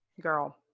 Girl